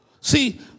See